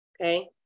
okay